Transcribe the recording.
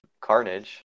carnage